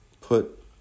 Put